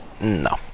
No